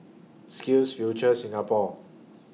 SkillsFuture Singapore